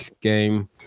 game